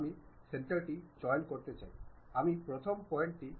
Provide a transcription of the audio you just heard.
এখন এর জন্য বিভিন্ন মতামত এর দিকে তাকাই আইসোমেট্রিক